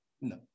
No